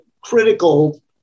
critical